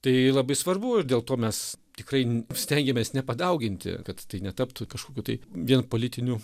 tai labai svarbu ir dėl to mes tikrai stengiamės nepadauginti kad tai netaptų kažkokių tai vien politinių